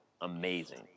amazing